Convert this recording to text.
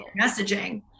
messaging